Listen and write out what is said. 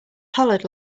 hollered